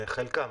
חלקם,